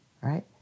right